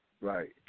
Right